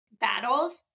battles